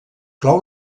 clou